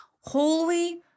holy